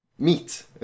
Meat